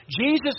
Jesus